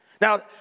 Now